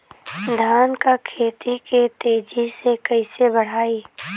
धान क खेती के तेजी से कइसे बढ़ाई?